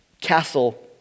castle